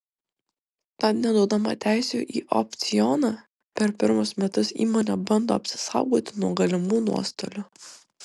tad neduodama teisių į opcioną per pirmus metus įmonė bando apsisaugoti nuo galimų nuostolių